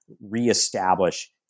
reestablish